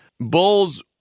Bulls